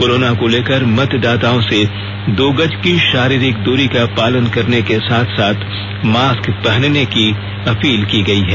corona को लेकर मतदाताओं से दो गज की शारीरिक दूरी का पालन करने के साथ साथ मास्क पहनने की अपील की गई है